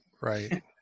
Right